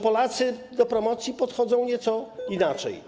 Polacy do promocji podchodzą nieco inaczej.